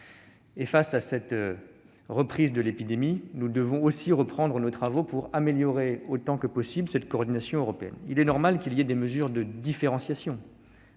Face à la reprise de l'épidémie, nous devons reprendre nos travaux pour améliorer autant que possible cette coordination européenne. Il est normal que les mesures soient différenciées